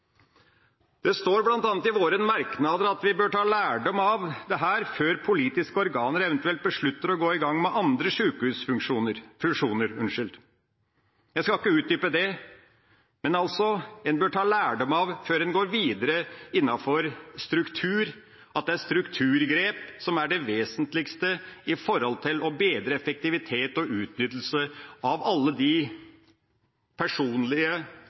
Det står bl.a. i våre merknader at vi bør ta lærdom av dette før politiske organer eventuelt beslutter å gå i gang med andre sykehusfusjoner. Jeg skal ikke utdype det, men en bør ta lærdom før en går videre innenfor struktur – at det er strukturgrep som er det vesentligste når det gjelder å bedre effektivitet og utnyttelse av alle de personlige